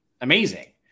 amazing